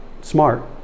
smart